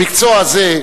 המקצוע הזה,